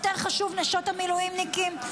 יותר חשובות נשות המילואימניקים.